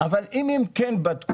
אבל אם זה נבדק,